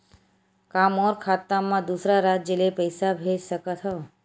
का मोर खाता म दूसरा राज्य ले पईसा भेज सकथव?